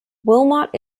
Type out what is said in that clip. wilmot